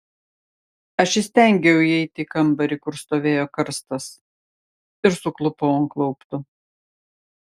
aš įstengiau įeiti į kambarį kur stovėjo karstas ir suklupau ant klauptų